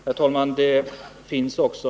Herr talman!